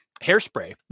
Hairspray